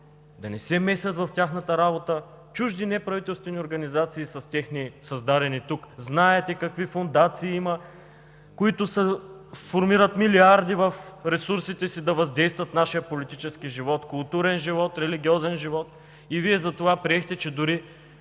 да не се месят в тяхната работа чужди неправителствени организации с техни създадени тук. Знаете какви фондации има, които формират милиарди в ресурсите си да въздействат на нашия политически, културен и религиозен живот. Вие затова приехте, че дори